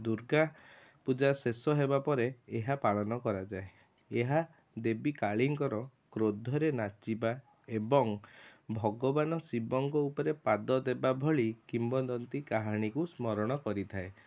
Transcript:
ଦୂର୍ଗା ପୂଜା ଶେଷ ହେବା ପରେ ଏହା ପାଳନ କରାଯାଏ ଏହା ଦେବୀ କାଳୀଙ୍କର କ୍ରୋଧରେ ନାଚିବା ଏବଂ ଭଗବାନ୍ ଶିବଙ୍କ ଉପରେ ପାଦ ଦେବା ଭଳି କିମ୍ବଦନ୍ତି କାହାଣୀକୁ ସ୍ମରଣ କରିଥାଏ